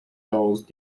these